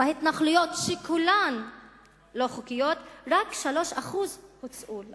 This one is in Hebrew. בהתנחלויות שכולן לא חוקיות, רק 3% הוצאו לפועל.